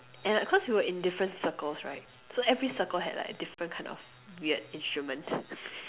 yeah cause we were in different circles right so every circle had like a different kind of weird instrument